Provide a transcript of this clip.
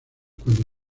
cuando